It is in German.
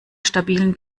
stabilen